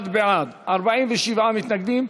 61 בעד, 47 מתנגדים.